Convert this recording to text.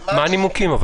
מה הנימוקים?